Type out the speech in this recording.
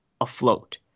afloat